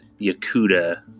Yakuda